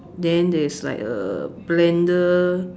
then there's like a blender